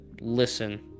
listen